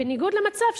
בניגוד למצב,